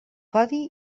codi